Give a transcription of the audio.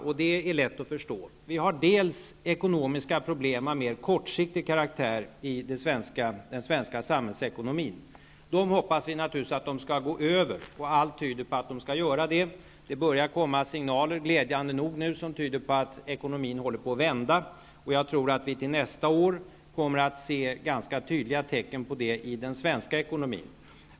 Det är lätt att förstå. Vi har ekonomiska problem av mer kortsiktig karaktär i den svenska samhällsekonomin. Vi hoppas naturligtvis att dessa skall gå över. Allt tyder på att de skall göra det. Det börjar glädjande nog nu komma signaler som tyder på att ekonomin håller på att vända. Jag tror att vi nästa år kan se ganska tydliga tecken på det i den svenska ekonomin.